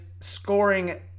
scoring